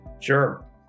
sure